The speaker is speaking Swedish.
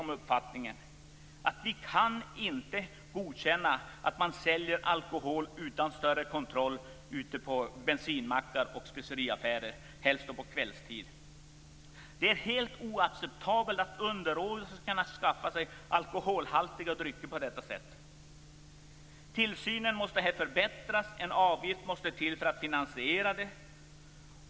Vår uppfattning är att vi inte kan godta att alkohol säljs utan större kontroll på bensinmackar och i speceriaffärer på kvällstid. Det är helt oacceptabelt att underåriga skall kunna skaffa sig alkoholhaltiga drycker på detta sätt. Tillsynen måste förbättras och en avgift måste till för finansieringen.